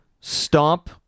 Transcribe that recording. stomp